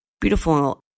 beautiful